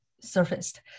surfaced